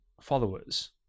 followers